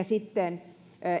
sitten